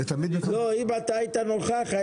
אם היית נוכח,